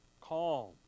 calm